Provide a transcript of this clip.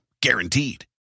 Guaranteed